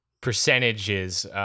percentages